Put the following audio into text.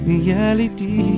Reality